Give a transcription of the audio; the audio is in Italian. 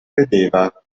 vedeva